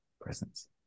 presence